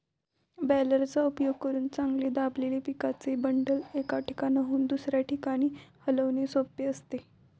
बॅलरचा उपयोग करून चांगले दाबलेले पिकाचे बंडल, एका ठिकाणाहून दुसऱ्या ठिकाणी हलविणे सोपे असते